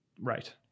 Right